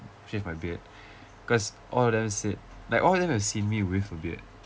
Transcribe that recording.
shave my beard because all of them said like all of them have seen me with a beard